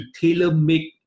tailor-make